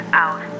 out